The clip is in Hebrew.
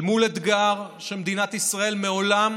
אל מול אתגר שמדינת ישראל מעולם